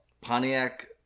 Pontiac